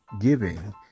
giving